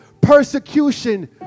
persecution